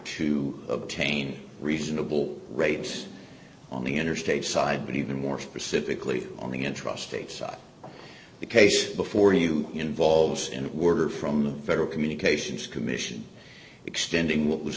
to obtain reasonable rates on the interstate side but even more specifically on the interest state side the case before you involved in it were from the federal communications commission extending what was